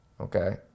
okay